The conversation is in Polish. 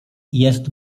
jest